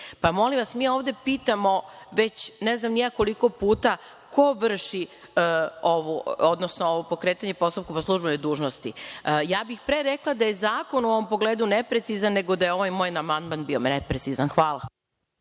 Molim vas, mi ovde pitamo ve ne znam ni ja koliko puta ko vrši ovo pokretanje postupka po službenoj dužnosti? Ja bih pre rekla da je zakon u ovom pogledu neprecizan, nego da je ovaj moj amandman bio neprecizan. Hvala.